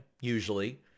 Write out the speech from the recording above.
usually